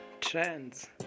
trends